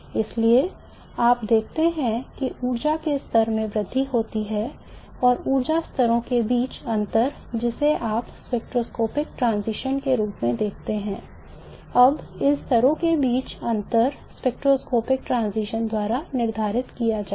इसलिए आप देखते हैं कि ऊर्जा के स्तर में वृद्धि होती है और ऊर्जा स्तरों के बीच अंतर जिसे आप स्पेक्ट्रोस्कोपिक transition के रूप में देखते हैं अब इन स्तरों के बीच अंतर स्पेक्ट्रोस्कोपिक transition द्वारा निर्धारित किया जाएगा